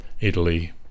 Italy